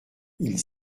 ils